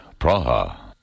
Praha